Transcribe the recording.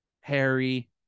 Harry